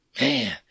Man